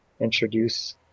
introduce